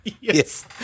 Yes